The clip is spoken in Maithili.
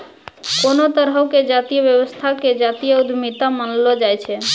कोनो तरहो के जातीय व्यवसाय के जातीय उद्यमिता मानलो जाय छै